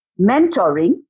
mentoring